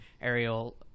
Ariel